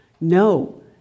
No